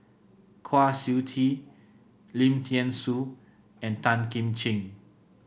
Kwa Siew Tee Lim Thean Soo and Tan Kim Ching